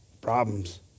Problems